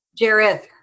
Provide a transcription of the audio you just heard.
Jareth